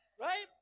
Right